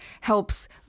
helps